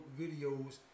videos